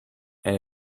and